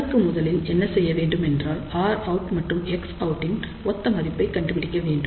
அதற்கு முதலில் என்ன செய்ய வேண்டும் என்றால் Rout மற்றும் Xout இன் ஒத்த மதிப்பை கண்டுபிடிக்க வேண்டும்